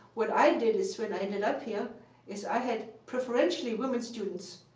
what i did is when i ended up here is i had preferentially women students.